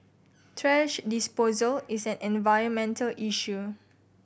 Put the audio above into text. thrash disposal is an environmental issue